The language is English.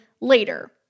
later